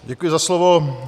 Děkuji za slovo.